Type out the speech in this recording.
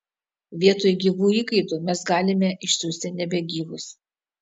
vietoj gyvų įkaitų mes galime išsiųsti nebegyvus